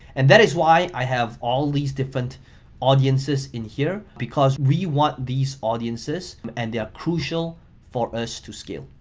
and that is why i have all these different audiences in here because we want these audiences and they are crucial for us to scale.